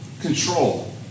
control